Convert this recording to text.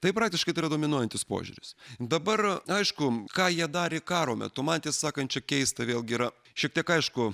tai praktiškai tai yra dominuojantis požiūris dabar aišku ką jie darė karo metu man tiesą sakantčia keista vėlgi yra šiek tiek aišku